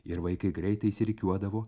ir vaikai greitai išsirikiuodavo